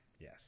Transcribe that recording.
Yes